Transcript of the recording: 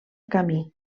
camí